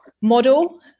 model